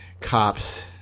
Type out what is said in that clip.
cops